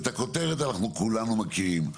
את הכותרת אנחנו כולנו מכירים.